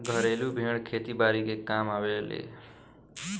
घरेलु भेड़ खेती बारी के कामे आवेले